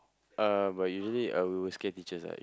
uh but usually I we will scare teachers right